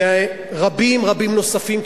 ורבים רבים נוספים,